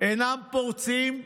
אינם פורצים,